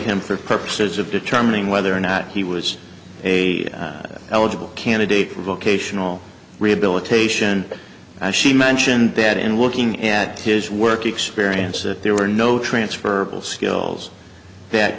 him for purposes of determining whether or not he was a eligible candidate for vocational rehabilitation and she mentioned dead in looking at his work experience that there were no transferable skills that